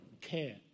care